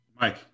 Mike